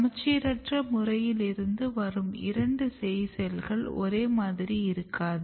சமச்சீரற்ற முறையிலிருந்து வரும் இரண்டு சேய் செல்கள் ஒரே மாதிரி இருக்காது